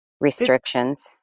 restrictions